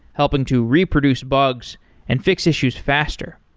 helping to reproduce bugs and fix issues faster.